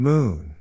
Moon